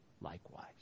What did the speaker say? likewise